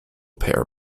pair